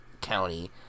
county